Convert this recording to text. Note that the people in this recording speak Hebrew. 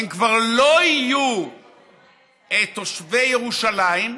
הם כבר לא יהיו תושבי ירושלים,